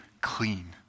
clean